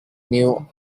knew